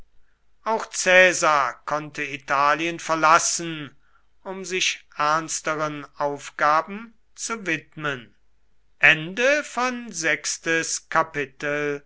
auch caesar konnte italien verlassen um sich ernsteren aufgaben zu widmen